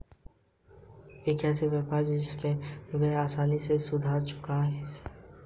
ऐसे व्यापारी जिन का ऋण चुकाने की आवृत्ति अच्छी रही हो वह आसानी से सावधि ऋण ले सकते हैं